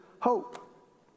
hope